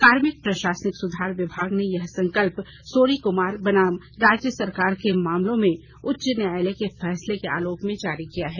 कार्मिक प्रशासनिक सुधार विभाग ने यह संकल्प सोनी कुमार बनाम राज्य सरकार के मामले में उच्च न्यायालय के फैसले के आलोक में जारी किया है